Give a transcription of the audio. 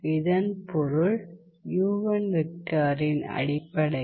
இதன் பொருள் இன் அடிப்படையில்